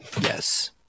yes